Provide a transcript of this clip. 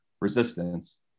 resistance